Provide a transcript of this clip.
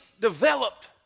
developed